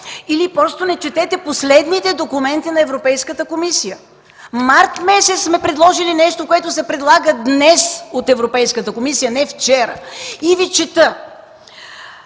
или просто не четете последните документи на Европейската комисия. През месец март сме предложили нещо, което се предлага днес от Европейската комисия, а не вчера. И ви чета: